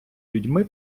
людьми